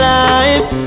life